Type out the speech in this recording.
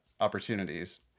opportunities